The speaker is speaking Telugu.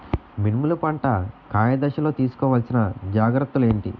మినుములు పంట కాయ దశలో తిస్కోవాలసిన జాగ్రత్తలు ఏంటి?